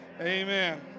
Amen